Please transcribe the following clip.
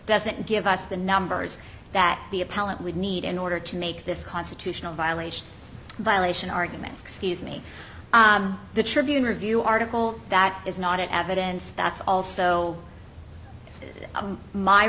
doesn't give us the numbers that the appellant would need in order to make this constitutional violation by lation argument excuse me the tribune review article that is not evidence that's also my